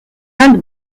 inde